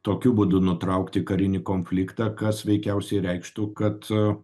tokiu būdu nutraukti karinį konfliktą kas veikiausiai reikštų kad